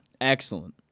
Excellent